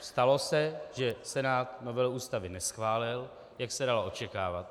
Stalo se, že Senát novelu Ústavy neschválil, jak se dalo očekávat.